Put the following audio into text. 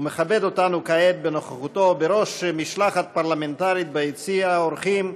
ומכבד אותנו כעת בנוכחותו בראש משלחת פרלמנטרית ביציע האורחים,